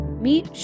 Meet